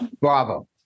Bravo